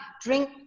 Drink